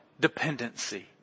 dependency